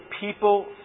people